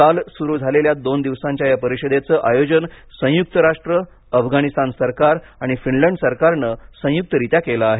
काल सुरू झालेल्या दोन दिवसांच्या या परिषदेचं आयोजन संयुक्त राष्ट्र अफगाणिस्तान सरकार आणि फिनलंड सरकारनं संयुक्तरीत्या केलं आहे